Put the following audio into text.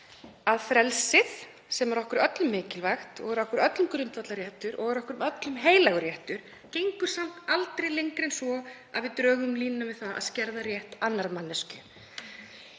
að frelsið, sem er okkur öllum mikilvægt og er okkur öllum grundvallarréttur og er okkur öllum heilagur réttur, gengur samt aldrei lengra en svo að við drögum línuna við það að skerða rétt annarrar manneskju.